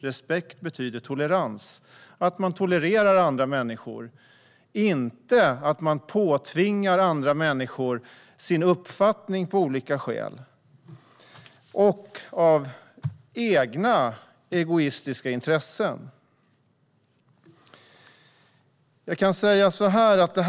Respekt betyder att man tolererar andra människor, inte att man av olika skäl och av egoistiska intressen påtvingar andra människor sin uppfattning.